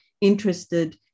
interested